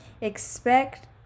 expect